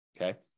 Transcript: Okay